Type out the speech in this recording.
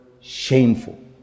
shameful